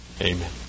Amen